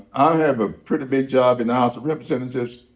i have a pretty big job in the house of representatives.